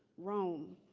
rome.